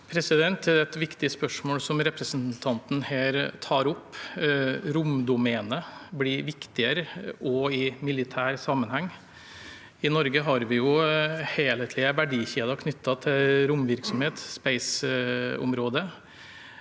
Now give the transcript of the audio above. Det er et vik- tig spørsmål representanten her tar opp. Romdomenet blir viktigere også i militær sammenheng. I Norge har vi helhetlige verdikjeder knyttet til romvirksomhet, spaceområdet.